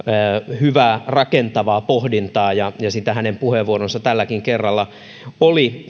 hyvää rakentavaa pohdintaa ja sitä hänen puheenvuoronsa tälläkin kerralla oli